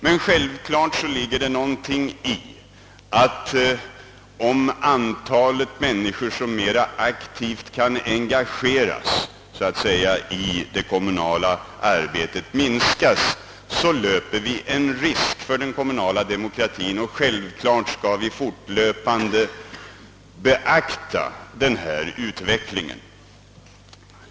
Men självfallet ligger det någonting i antagandet, att om antalet personer som mer aktivt kan engageras i det kommunala arbetet minskas, så löper vi risk för att den kommunala demokratin fungerar sämre. Naturligtvis kommer vi från regeringens sida att fortlöpande bevaka den här utvecklingen.